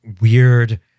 weird